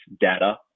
data